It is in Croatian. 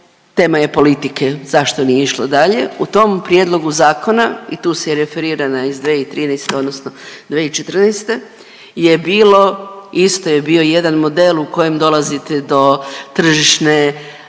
tema je politike zašto nije išlo dalje. U tom prijedlogu zakona i tu se i referira na iz 2013. odnosno 2014. je bilo isto je bio jedan model u kojem dolazite do tržišne,